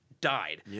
died